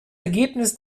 ergebnis